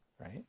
right